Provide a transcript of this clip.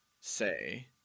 say